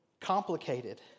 complicated